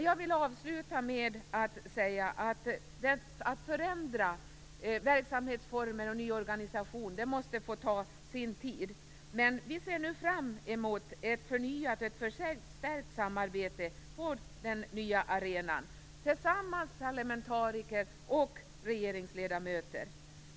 Jag vill avsluta med att säga att förändra verksamhetsformer och skapa en ny organisation måste få ta sin tid. Vi ser nu fram emot ett förnyat och förstärkt samarbete på den nya arenan där parlamentariker och regeringsledamöter arbetar tillsammans.